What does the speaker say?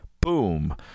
boom